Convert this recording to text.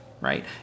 right